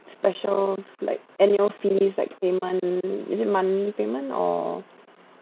specials like annual fees like payment is it money payment or